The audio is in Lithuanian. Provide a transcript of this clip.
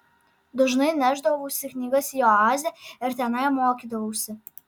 dažnai nešdavausi knygas į oazę ir tenai mokydavausi